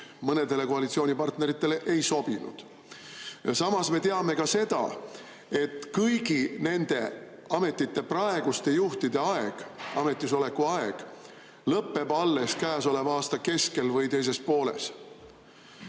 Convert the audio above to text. mõnedele koalitsioonipartneritele ei sobinud. Samas me teame ka seda, et kõigi nende ametite praeguste juhtide ametisoleku aeg lõpeb alles selle aasta keskel või teises pooles. Ja